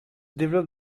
développe